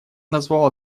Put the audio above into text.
назвал